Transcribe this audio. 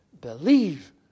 Believe